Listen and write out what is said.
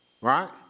right